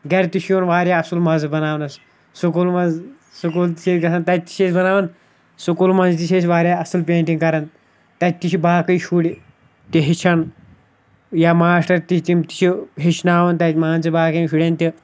گَرِ تہِ چھُ یِوان واریاہ اَصٕل مَزٕ بَناونَس سکوٗلن منٛز سکوٗل تہِ چھِ گَژھان تَتہِ چھِ أسۍ بَناوان سکوٗل منٛز تہِ چھِ أسۍ واریاہ اَصٕل پینٹِنٛگ کَران تَتہِ تہِ چھ باقٕے شُرۍ تہِ ہیٚچھان یا ماسٹَر تہِ تِم تہِ چھِ ہیٚچھناوان تَتہِ مان ژٕ باقیَن شُرٮ۪ن تہِ